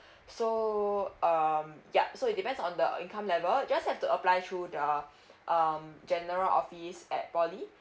so um ya so it depends on the income level just have to apply through the uh um general office at poly